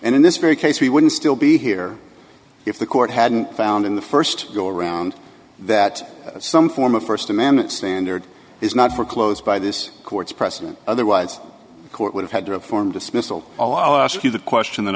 and in this very case we wouldn't still be here if the court hadn't found in the first go around that some form of first amendment standard is not foreclosed by this court's precedent otherwise the court would have had to reform dismissal all i ask you the question